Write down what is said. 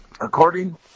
according